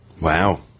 Wow